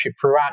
throughout